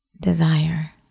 desire